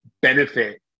benefit